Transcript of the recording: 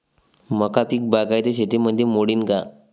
मका पीक बागायती शेतीमंदी मोडीन का?